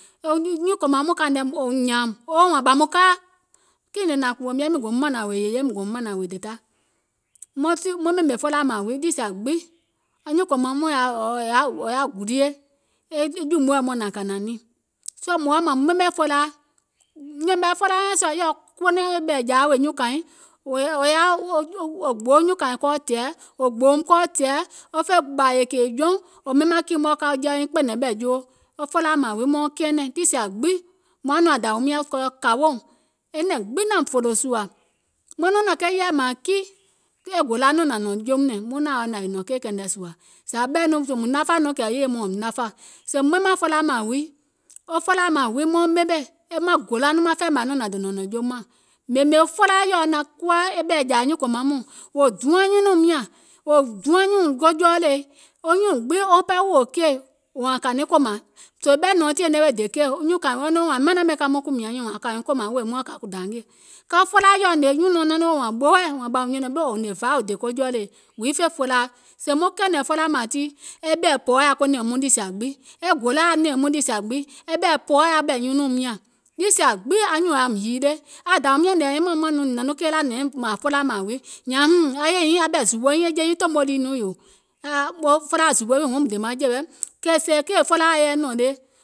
Wo nyuùŋ kòmaŋ mɔɔ̀ŋ kȧìŋ wò nyȧȧùm wo woò wȧȧŋ ɓɔ̀ mùŋ kaa, kiìŋ nèè nȧŋ kùwòùm yɛi, miŋ gòum mȧnȧŋ wèè yèye, miŋ gòum mȧnȧŋ wèè dèda, maŋ ɓèmè felaa mȧȧŋ wii wɔŋ niì sìa gbiŋ, nyuùŋ kòmaŋ mɔɔ̀ŋ wò yaȧ gulie, e jùumùɛ muȧŋ nȧŋ kȧnȧŋ niìŋ, soo mùŋ woȧ mȧȧŋ muŋ ɓemè felaa, yɛ̀mɛ̀ felaa nyȧŋ sùȧ wèè yèɔ kuwa ɓɛ̀ɛ̀jȧa wèè nyuùŋ kȧìŋ wò gboo nyuùŋ kȧìŋ kɔɔ tɛ̀ɛ̀, wò gbòòùm kɔɔ tɛ̀ɛ̀, wo fè ɓȧȧ kèè jɔùŋ, wò ɓemȧŋ kii mɔ̀ɛ̀ wo ka woiŋ kpɛ̀nɛ̀ŋ ɓɛ̀ joo, wo felaa mȧȧŋ wii mauŋ kɛɛnɛ̀ŋ niì sìa gbiŋ mùŋ yaȧ nɔŋ aŋ dȧwium nyȧŋ kɔɔ kȧwoùŋ, e nɛ̀ŋ gbiŋ naȧùm fòlò sùȧ, maŋ nɔŋ nɔ̀ŋ ke yɛɛ̀ mȧȧŋ kii, e gòla nɔŋ nȧŋ nɔ̀ŋ jeum nɛ̀ŋ, muŋ naȧŋ wa nȧwèè nɔ̀ŋ keì kɛnɛ sùȧ, zȧ mùŋ nafȧ nɔŋ kɛ̀ yèye mɔɔ̀ŋ nafȧ, sèè mùŋ ɓemȧŋ felaa mȧȧŋ huii, wo felaa mȧȧŋ huii mauŋ ɓemè maŋ fɛɛ̀mȧì nɔŋ nȧŋ dònȧŋ nɔ̀ŋ joum mȧŋ, yɛ̀mɛ̀ felaa nyȧŋ sùȧ wèè yèɔ kuwa ɓɛ̀ɛ̀jȧa wèè nyuùŋ kȧìŋ wò gboo nyuùŋ kȧìŋ kɔɔ tɛ̀ɛ̀, wò gbòòùm kɔɔ tɛ̀ɛ̀, aŋ dàwium nyȧŋ yɛmɛ̀ìŋ naȧŋ nɔŋ nìŋ nɔ̀ŋ nɔŋ keela nyȧȧŋ e jei tòmo lii, kɛ̀ sèè kèè felaaȧ yɛi nɔ̀ŋ le